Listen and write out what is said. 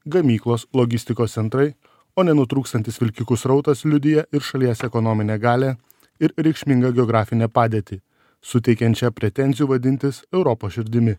gamyklos logistikos centrai o nenutrūkstantis vilkikų srautas liudija ir šalies ekonominę galią ir reikšmingą geografinę padėtį suteikiančią pretenzijų vadintis europos širdimi